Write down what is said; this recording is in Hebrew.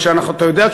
אתה יודע,